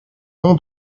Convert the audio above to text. nom